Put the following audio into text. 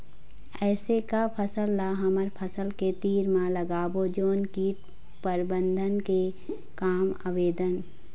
ऐसे का फसल ला हमर फसल के तीर मे लगाबो जोन कीट प्रबंधन के काम आवेदन?